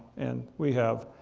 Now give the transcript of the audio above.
and we have,